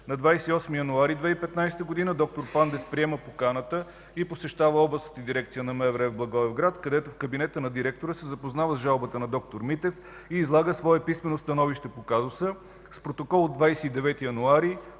На 28 януари 2015 г. д-р Пандев приема поканата и посещава Областната дирекция на МВР – Благоевград, където в кабинета на директора се запознава с жалбата на д-р Митев и излага свое писмено становище по казуса. С протокол от 29 януари